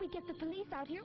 me get the police out here